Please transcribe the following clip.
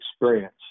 experience